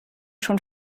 schon